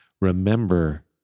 remember